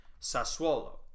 sassuolo